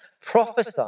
Prophesy